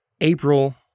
April